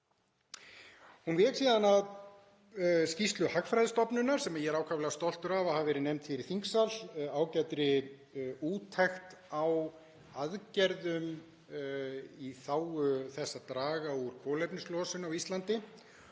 Hún vék síðan að skýrslu Hagfræðistofnunar sem ég er ákaflega stoltur af að hafi verið nefnd hér í þingsal, ágætri úttekt á aðgerðum í þágu þess að draga úr kolefnislosun á Íslandi,